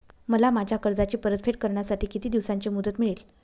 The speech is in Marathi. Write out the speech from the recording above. मला माझ्या कर्जाची परतफेड करण्यासाठी किती दिवसांची मुदत मिळेल?